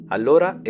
Allora